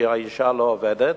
האשה לא עובדת,